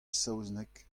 saozneg